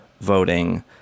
voting